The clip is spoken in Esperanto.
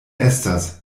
estas